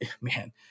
man